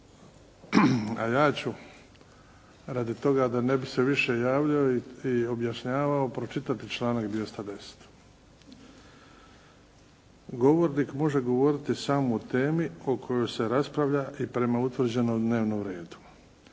A ja ću radi toga da ne bi se više javljali i objašnjavao pročitati članak 210. Govornik može govoriti samo o temi o kojoj se raspravlja i prema utvrđenom dnevnom redu.